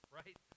right